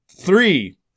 Three